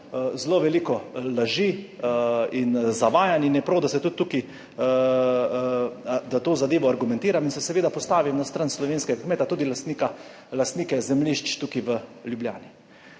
zelo veliko laži in zavajanj in je prav, da to zadevo argumentiram in se seveda postavim na stran slovenskega kmeta, tudi lastnike zemljišč tukaj v Ljubljani.